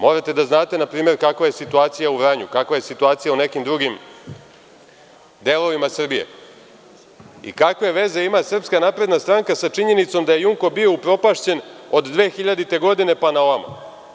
Morate da znate npr. kakva je situacija u Vranju, kakva je situacija u nekim drugim delovima Srbije i kakve veze ima SNS sa činjenicom da je „JUMKO“ bio upropašćen od 2000. godine pa na ovamo?